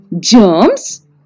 Germs